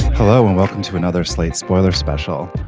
hello and welcome to another slate spoiler special.